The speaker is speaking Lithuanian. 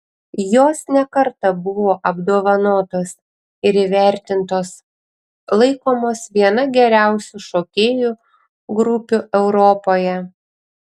jos ne kartą buvo apdovanotos ir įvertintos laikomos viena geriausių šokėjų grupių europoje